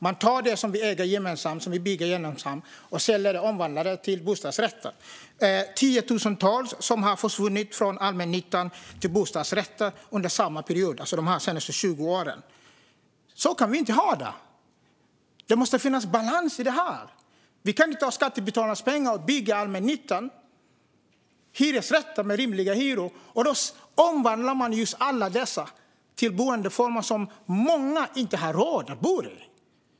Man tar det som vi äger och har byggt gemensamt och säljer ut det och omvandlar till bostadsrätter. Tiotusentals hyresrätter har försvunnit från allmännyttan till bostadsrätter under de senaste 20 åren. Så kan vi inte ha det. Det måste finnas en balans i detta. Vi kan inte ta skattebetalarnas pengar och bygga hyresrätter med rimliga hyror till allmännyttan och sedan omvandla dessa till boendeformer som många inte har råd att bo i.